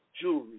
jewelry